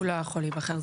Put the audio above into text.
הוא לא יכול להיבחר.